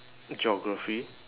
geography